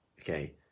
Okay